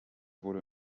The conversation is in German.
wurde